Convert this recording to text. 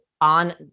on